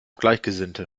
gleichgesinnte